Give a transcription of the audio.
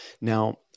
Now